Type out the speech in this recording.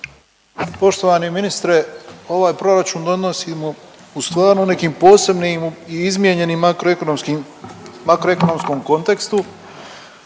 Poštovani ministre, ovaj proračun donosimo u stvarno nekim posebnim i izmijenjenim makro ekonomskom kontekstu.